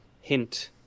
hint